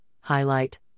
highlight